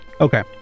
Okay